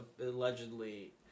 allegedly